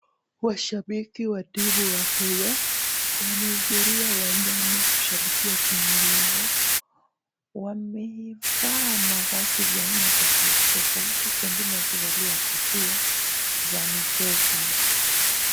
Washabiki wa timu ya Kenya, wamehudhuria uwanjani kushabikia timu lao. Wamevaa mavazi vya aina tofauti tofauti, wengine wakivalia kofia za mikeka.